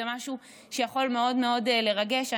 זה משהו שיכול מאוד מאוד לרגש,